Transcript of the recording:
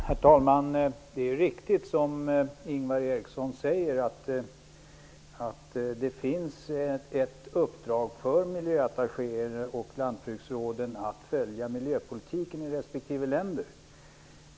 Herr talman! Det är riktigt som Ingvar Eriksson säger att det finns ett uppdrag för miljöattachéer och lantbruksråd att följa miljöpolitiken i respektive land.